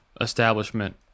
establishment